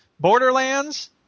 Borderlands